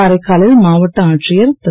காரைக்காலில் மாவட்ட ஆட்சியர் திரு